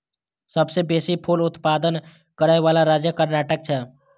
सबसं बेसी फूल उत्पादन करै बला राज्य कर्नाटक छै